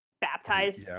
baptized